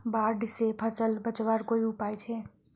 बाढ़ से फसल बचवार कोई उपाय छे?